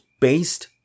based